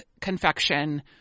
confection